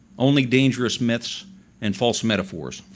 only dangerous myths and false metaphors.